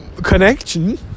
connection